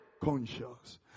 conscious